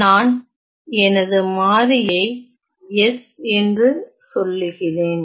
நான் எனது மாறியை s என்று சொல்லுகிறேன்